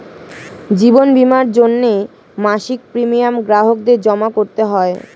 জীবন বীমার জন্যে মাসিক প্রিমিয়াম গ্রাহকদের জমা করতে হয়